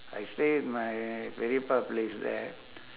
I stay my very far place there